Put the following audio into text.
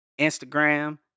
Instagram